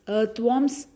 earthworms